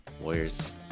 Warriors